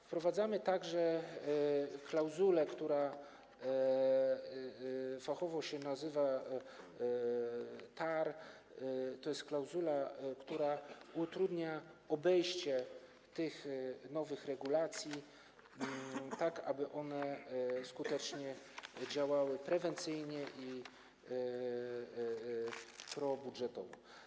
Wprowadzamy także klauzulę, która fachowo się nazywa GAAR, to jest klauzula, która utrudnia obejście tych nowych regulacji, tak aby one skutecznie działały prewencyjnie i probudżetowo.